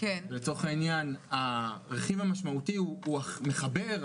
הרכיב המשמעותי הוא המחבר,